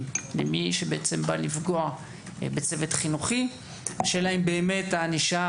למי שבעצם בא לפגוע בצוות חינוכי - השאלה האם באמת הענישה